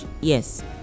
yes